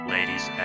Ladies